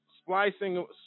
splicing